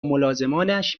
ملازمانش